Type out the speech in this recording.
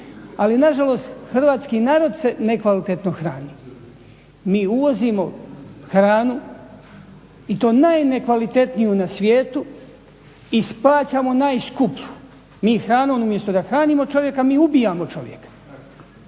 Ali nažalost hrvatski narod se nekvalitetno hrani. Mi uvozimo hranu i to najnekvalitetniju na svijetu i plaćamo najskuplju. Mi hranom umjesto da hranimo čovjeka mi ubijamo čovjeka